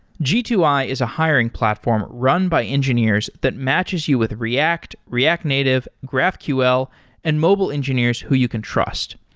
g two i is a hiring platform run by engineers that matches you with react, react native, graphql and mobile engineers who you can trust.